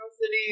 city